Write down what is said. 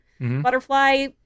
butterfly